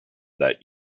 that